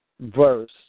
verse